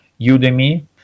Udemy